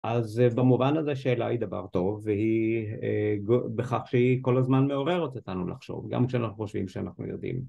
אז א-במובן הזה שאלה היא דבר טוב, והיא... אה... ב-בכך שהיא כל הזמן מעוררת אותנו לחשוב, גם כשאנחנו חושבים שאנחנו יודעים.